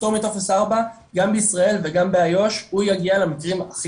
הפטור מטופס 4 גם בישראל וגם באיו"ש הוא יגיע למקרים הכי